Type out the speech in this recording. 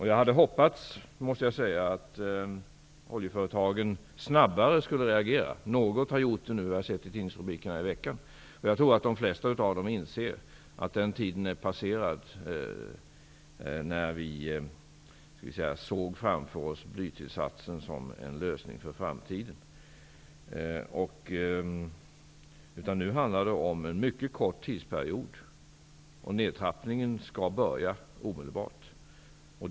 Jag hade hoppats, måste jag säga, att oljeföretagen skulle reagera snabbare. Något företag har gjort det nu, har jag sett i tidningsrubrikerna den här veckan. Jag tror att de flesta av dem inser att den tiden är förbi när vi såg blytillsatsen som en lösning för framtiden. Nu handlar det om en mycket kort tidsperiod. Nedtrappningen skall börja omedelbart.